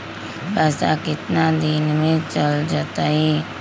पैसा कितना दिन में चल जतई?